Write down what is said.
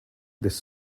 this